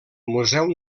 museu